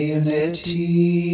unity